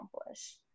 accomplish